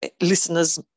listeners